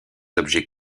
objets